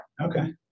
Okay